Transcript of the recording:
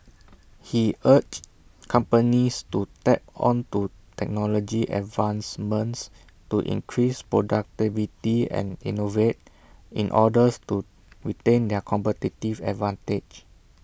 he urged companies to tap onto technology advancements to increase productivity and innovate in orders to retain their competitive advantage